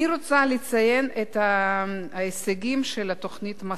אני רוצה לציין את ההישגים של תוכנית "מסע",